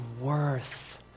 worth